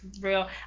real